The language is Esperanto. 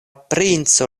princo